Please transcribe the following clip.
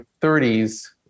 30s